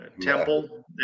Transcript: Temple